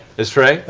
as trey?